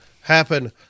happen